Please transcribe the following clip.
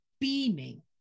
beaming